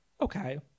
Okay